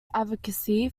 advocacy